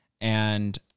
And-